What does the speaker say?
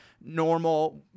normal